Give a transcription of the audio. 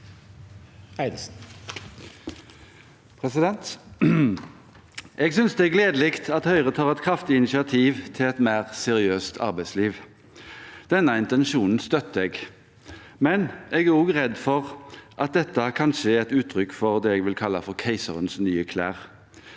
Jeg synes det er gledelig at Høyre tar et kraftig initiativ til et mer seriøst arbeidsliv. Denne intensjonen støtter jeg. Samtidig er jeg redd for at dette kanskje er et uttrykk for det jeg vil kalle keiserens nye klær.